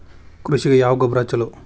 ಕೃಷಿಗ ಯಾವ ಗೊಬ್ರಾ ಛಲೋ?